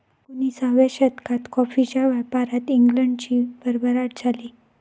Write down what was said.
एकोणिसाव्या शतकात कॉफीच्या व्यापारात इंग्लंडची भरभराट झाली